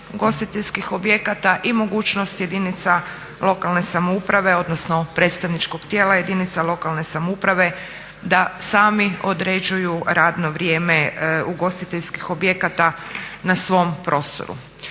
ugostiteljskih objekata i mogućnost jedinica lokalne samouprave odnosno predstavničkog tijela jedinica lokalne samouprave da sami određuju radno vrijeme ugostiteljskih objekata na svom prostoru.